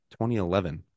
2011